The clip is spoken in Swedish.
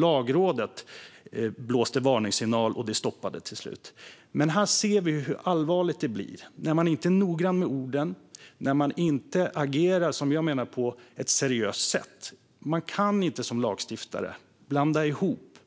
Lagrådet blåste dock varningssignal, och det stoppades till slut. Här ser vi hur allvarligt det blir när man inte är noggrann med orden och när man, som jag menar, inte agerar på ett seriöst sätt. Man kan inte som lagstiftare blanda ihop